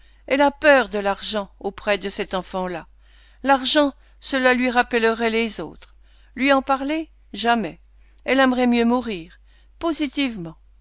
elle a peur de l'argent auprès de cet enfant-là l'argent cela lui rappellerait les autres lui en parler jamais elle aimerait mieux mourir positivement